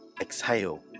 Exhale